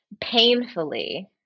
Painfully